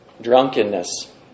drunkenness